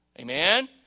Amen